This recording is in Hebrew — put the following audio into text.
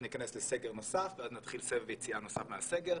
אנחנו ניכנס לסגר נוסף ואז נתחיל סבב יציאה נוסף מהסגר.